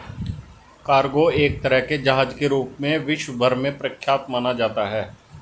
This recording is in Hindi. कार्गो एक तरह के जहाज के रूप में विश्व भर में प्रख्यात माना जाता है